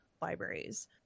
libraries